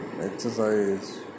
exercise